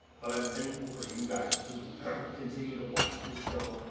but i'm thankful for you guys who continue to watch this show.